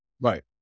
Right